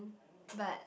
but